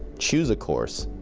choose a course,